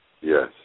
Yes